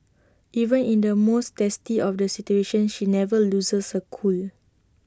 even in the most testy of the situations she never loses her cool